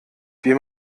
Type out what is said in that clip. wie